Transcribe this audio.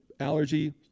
allergy